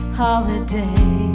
holiday